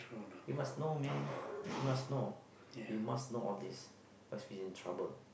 you must know man you must know you must know all these what's been in trouble